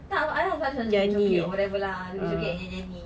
tak high five just joget-joget or whatever lah joget-joget nyanyi-nyanyi